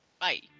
Bye